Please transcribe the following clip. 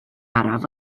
araf